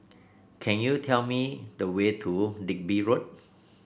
can you tell me the way to Digby Road